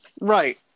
Right